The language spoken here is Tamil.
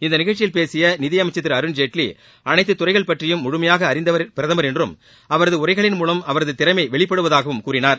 இந்த நிகழ்ச்சியில் பேசிய நிதியமைச்சர் திரு அருண்ஜேட்லி அனைத்து துறைகள் பற்றியும் முழுமையாக அறிந்தவர் பிரதமர் என்றும் அவரது உரைகளின் மூலம் அவரது திறமை வெளிப்படுவதாகவும் கூறினார்